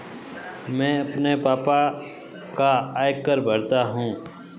मैं अपने पापा का आयकर भरता हूं